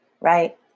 right